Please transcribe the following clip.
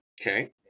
Okay